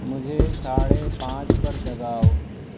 مجھے ساڑھے پانچ پر جگاؤ